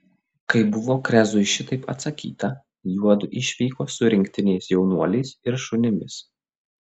kai buvo krezui šitaip atsakyta juodu išvyko su rinktiniais jaunuoliais ir šunimis